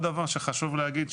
זה מה ששאלתי.